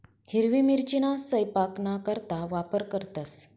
हिरवी मिरचीना सयपाकना करता वापर करतंस